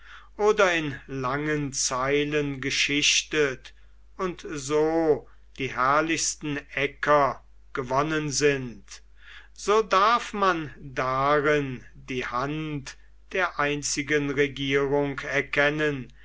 oder in langen zeilen geschichtet und so die herrlichsten äcker gewonnen sind so darf man darin die hand der einzigen regierung erkennen